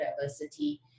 diversity